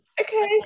Okay